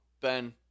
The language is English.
Ben